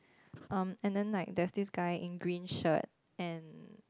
um and then like there's this guy in green shirt and